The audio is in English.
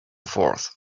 forth